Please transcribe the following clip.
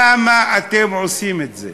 למה אתם עושים את זה?